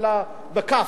אלא בכ"ף,